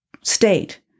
state